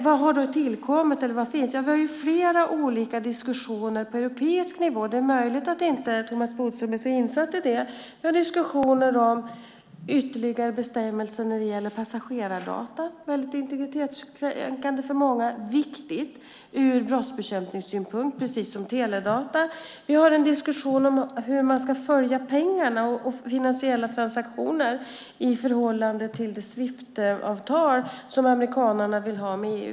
Vad har då tillkommit eller vad finns? Vi har flera olika diskussioner på europeisk nivå. Det är möjligt att Thomas Bodström inte är så insatt i det. Vi har diskussioner om ytterligare bestämmelser när det gäller passagerardata. Det är integritetskränkande för många. Det är viktigt ur brottsbekämpningssynpunkt, precis som teledata. Vi har en diskussion om hur man ska följa pengarna och finansiella transaktioner i förhållande till det Swiftavtal som amerikanarna vill ha med EU.